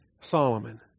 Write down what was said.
Solomon